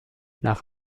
nach